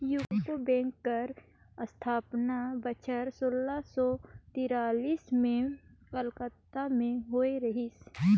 UCO bank कर असथापना बछर सोला सव तिरालिस में कलकत्ता में होए रहिस